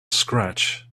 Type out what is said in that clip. scratch